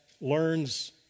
learns